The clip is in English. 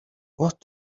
what